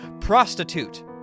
Prostitute